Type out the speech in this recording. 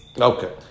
Okay